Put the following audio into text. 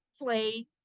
play